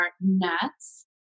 nuts